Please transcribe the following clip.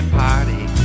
party